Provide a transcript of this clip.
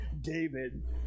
david